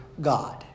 God